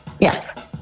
Yes